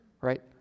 right